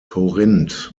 corinth